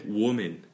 woman